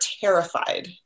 terrified